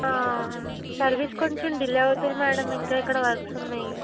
service కొంచెం delay అవుతుంది madam ఇంకా ఇక్కడ వర్క్స్ ఉన్నాయి